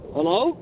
Hello